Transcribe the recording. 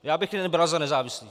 Já bych je nebral za nezávislé.